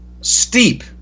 Steep